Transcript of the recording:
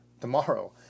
tomorrow